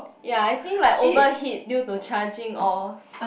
ya I think like overheat due to charging or